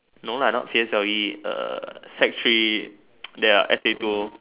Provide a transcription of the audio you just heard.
no lah not P_S_L_E uh sec three there's S a two